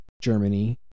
Germany